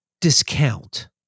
discount